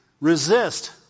resist